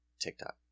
TikTok